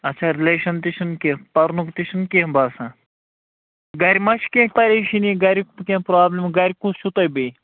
اَچھا رِلیشن تہِ چھُنہٕ کیٚنٛہہ پرنُک تہِ چھُنہٕ کیٚنٛہہ باسان گَرِ ما چھُ کیٚنٛہہ پَریشٲنی گَریُک کیٚنٛہہ پرٛابلِم گَرِ کُس چھُو تۄہہِ بیٚیہِ